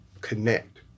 connect